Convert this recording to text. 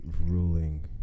ruling